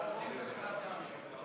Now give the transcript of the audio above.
קבוצת סיעת מרצ וקבוצת סיעת הרשימה